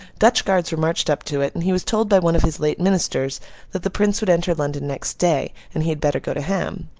dutch guards were marched up to it, and he was told by one of his late ministers that the prince would enter london, next day, and he had better go to ham.